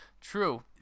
True